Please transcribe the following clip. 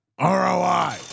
ROI